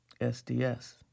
sds